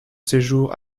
séjour